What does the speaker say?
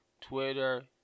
Twitter